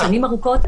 -- כבר שנים ארוכות.